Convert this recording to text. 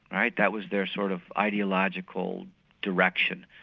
right? that was their sort of ideological direction.